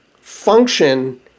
function